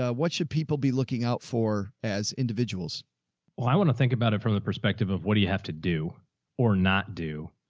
ah what should people be looking out for as individuals? og well, i want to think about it from the perspective of what do you have to do or not do?